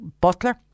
Butler